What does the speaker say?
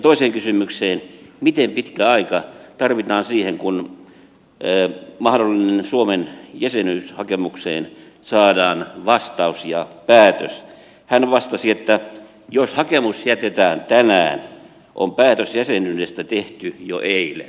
toiseen kysymykseen miten pitkä aika tarvitaan siihen kun mahdolliseen suomen jäsenyyshakemukseen saadaan vastaus ja päätös hän vastasi että jos hakemus jätetään tänään on päätös jäsenyydestä tehty jo eilen